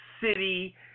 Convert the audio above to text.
City